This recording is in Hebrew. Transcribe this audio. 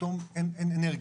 שפתאום אין אנרגיה,